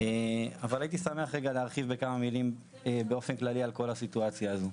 אבל הייתי שמח להרחיב בכמה מילים באופן כללי על כל הסיטואציה הזאת.